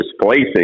displacing